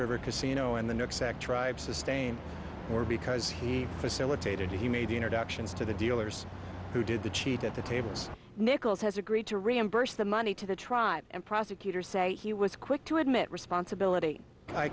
record casino in the next sac tribe sustained more because he facilitated he made introductions to the dealers who did the cheat at the tables nichols has agreed to reimburse the money to the tribe and prosecutors say he was quick to admit responsibility i